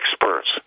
experts